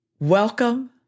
Welcome